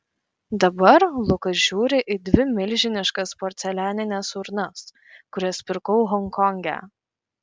dabar lukas žiūri į dvi milžiniškas porcelianines urnas kurias pirkau honkonge